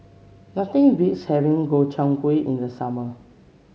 nothing beats having Gobchang Gui in the summer